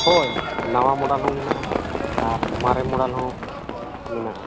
ᱦᱳᱭ ᱱᱟᱣᱟ ᱢᱚᱰᱮᱞ ᱦᱚᱸ ᱢᱮᱱᱟᱜᱼᱟ ᱟᱨ ᱢᱟᱨᱮ ᱢᱚᱰᱮᱞ ᱦᱚᱸ ᱢᱮᱱᱟᱜᱼᱟ